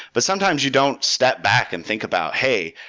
but sometimes you don't step back and think about, hey,